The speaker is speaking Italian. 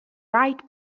wright